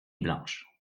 blanches